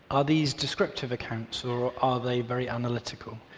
are these descriptive accounts or are they very analytical?